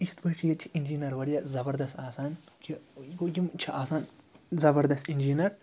یِتھ پٲٹھۍ چھِ ییٚتہِ چھِ اِنجیٖنَر واریاہ زَبردَست آسان کہِ گوٚو یِم چھِ آسان زَبردست اِنجیٖنَر